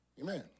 Amen